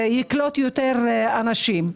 ויקלוט יותר אנשים.